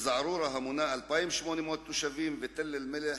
אל-זערורה, המונה 2,894 תושבים, ותל-אלמלח,